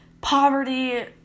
poverty